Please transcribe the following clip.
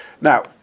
Now